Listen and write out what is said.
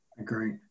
Agree